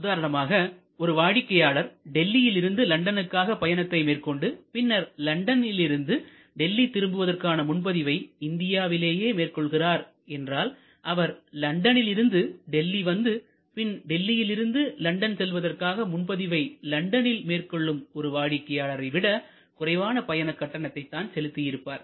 உதாரணமாக ஒரு வாடிக்கையாளர் டெல்லியிலிருந்து லண்டனுக்கான பயணத்தை மேற்கொண்டு பின்னர் லண்டனில் இருந்து டெல்லி திரும்புவதற்கான முன்பதிவை இந்தியாவிலேயே மேற்கொள்கிறார் என்றால் அவர் லண்டனில் இருந்து டெல்லி வந்து பின் டெல்லியிலிருந்து லண்டன் செல்வதற்காக முன்பதிவை லண்டனில் மேற்கொள்ளும் ஒரு வாடிக்கையாளரை விட குறைவான பயண கட்டணத்தை தான் செலுத்தி இருப்பார்